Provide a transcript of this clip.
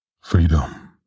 Freedom